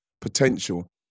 potential